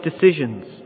decisions